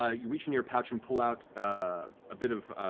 ah you reach in your pouch and pull out a bit of